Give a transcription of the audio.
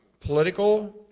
political